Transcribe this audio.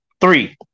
three